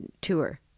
tour